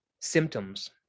symptoms